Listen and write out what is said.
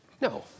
No